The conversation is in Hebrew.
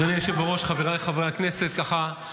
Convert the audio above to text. אדוני היושב-ראש, חבריי חברי הכנסת, ככה,